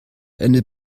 ende